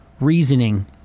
reasoning